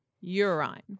Urine